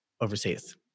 overseas